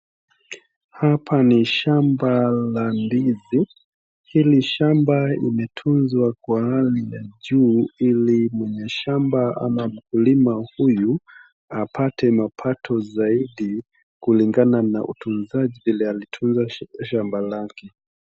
Hapa ni shamba la ndizi hili shamba limetunza kwa hali ya juu ili mwenye shamba au mkulima huyu apate mapato zaidi kulingana na utunzaji vile alitunza shamba lake.